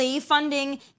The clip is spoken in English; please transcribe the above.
Funding